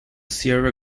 sierra